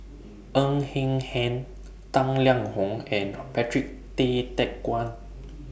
Ng Hen Hen Tang Liang Hong and Per Patrick Tay Teck Guan